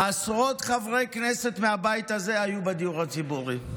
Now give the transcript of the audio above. עשרות חברי כנסת מהבית הזה היו בדיור הציבורי.